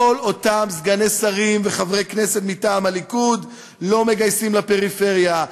כל אותם סגני שרים וחברי כנסת מטעם הליכוד: לא מגייסים לפריפריה.